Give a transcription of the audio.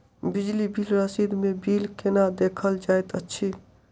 बिजली बिल रसीद मे बिल केना देखल जाइत अछि?